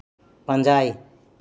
ᱯᱟᱸᱡᱟᱭ